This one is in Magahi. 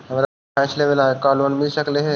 हमरा भैस लेबे ल है का लोन मिल सकले हे?